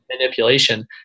manipulation